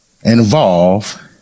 involve